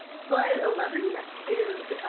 slide eleven is